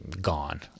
gone